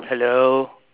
hello